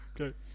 okay